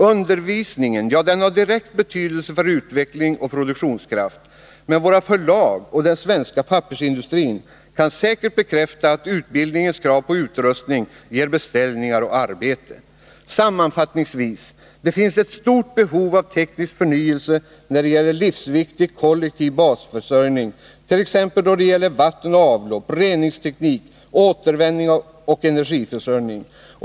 Undervisningen har direkt betydelse för utveckling och produktionskraft, men våra förlag och den svenska pappersindustrin kan säkert bekräfta att utbildningens krav på utrustning ger beställningar och arbete. Sammanfattningsvis: Det finns ett stort behov av teknisk förnyelse när det gäller livsviktig kollektiv basförsörjning av t.ex. vatten och avlopp, reningsteknik, återanvändning och energiförsörjning.